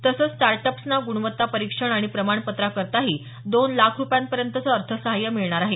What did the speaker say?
तसंच स्टार्टअप्सना ग्णवत्ता परीक्षण आणि प्रमाणपत्राकरताही दोन लाख रुपयांपर्यंतचं अर्थसहाय्य मिळणार आहे